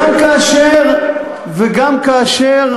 גם כאשר